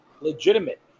legitimate